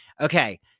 Okay